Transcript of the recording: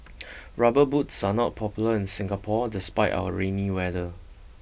rubber boots are not popular in Singapore despite our rainy weather